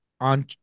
on